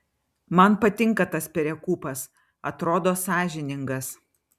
man patinka tas perekūpas atrodo sąžiningas